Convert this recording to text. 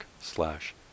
slash